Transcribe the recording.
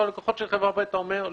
וללקוחות של חברה ב' אתה אומר,